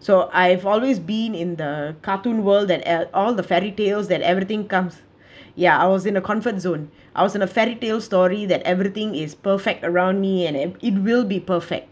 so I've always been in the cartoon world that uh all the fairy tales that everything comes ya I was in a comfort zone I was in a fairy tales story that everything is perfect around me and it will be perfect